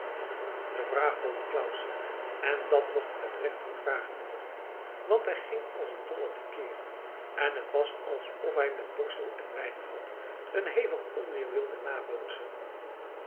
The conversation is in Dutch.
de vraag gold claus en dat mocht met recht gevraagd worden want hij ging als een dolle tekeer en het was alsof hij met borstel en wijnvat een hevig onweder wilde nabootsen